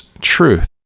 truth